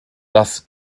das